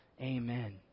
Amen